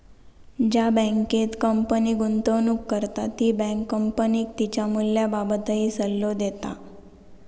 ज्या बँकेत कंपनी गुंतवणूक करता ती बँक कंपनीक तिच्या मूल्याबाबतही सल्लो देता